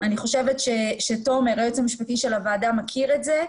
אני חושבת שתומר היועץ המשפטי של הוועדה מכיר את זה.